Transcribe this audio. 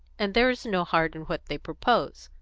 and there is no heart in what they propose.